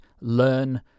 learn